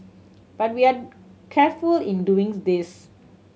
but we are careful in doing this